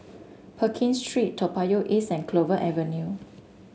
Pekin Street Toa Payoh East and Clover Avenue